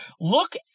Look